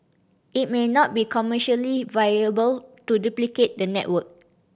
it may not be commercially viable to duplicate the network